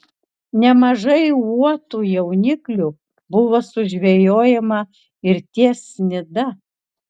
nemažai uotų jauniklių buvo sužvejojama ir ties nida